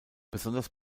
besonders